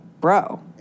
bro